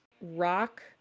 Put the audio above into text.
rock